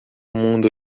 mundo